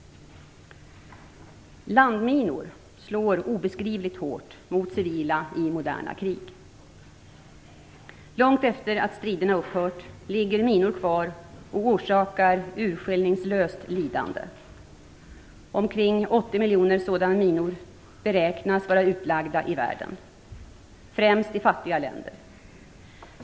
Landminor slår obeskrivligt hårt mot civila i moderna krig. Långt efter det att striderna upphört ligger minor kvar och orsakar urskillningslöst lidande. Omkring 80 miljoner sådana minor beräknas vara utlagda i världen, främst i fattiga länder.